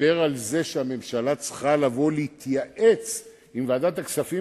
לדבר על זה שהממשלה צריכה לבוא להתייעץ עם ועדת הכספים